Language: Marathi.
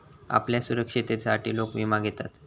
आपल्या सुरक्षिततेसाठी लोक विमा घेतत